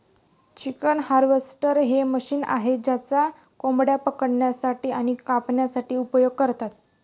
chicken harvester हे एक machine आहे ज्याचा कोंबड्या पकडण्यासाठी आणि कापण्यासाठी उपयोग करतात